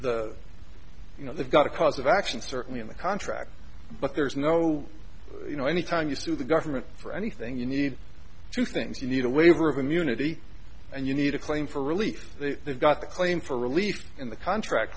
you know they've got a cause of action certainly in the contract but there's no you know any time you sue the government for anything you need two things you need a waiver of immunity and you need a claim for relief they've got the claim for relief in the contract